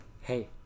hey